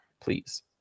please